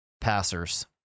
passers